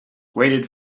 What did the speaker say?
waited